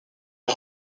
est